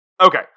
Okay